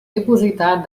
dipositar